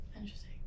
Interesting